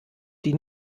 die